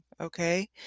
Okay